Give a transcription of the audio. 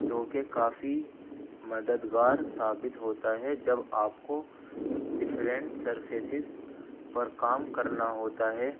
جو کہ کافی مددگار ثابت ہوتا ہے جب آپ کو ڈفرینٹ سرفیسز پر کام کرنا ہوتا ہے